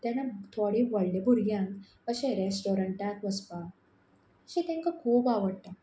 तेन्ना थोडीं व्हडले भुरग्यांक अशें रॅस्टोरंटाक वचपा अशें तांकां खूब आवडटा